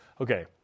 okay